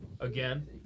again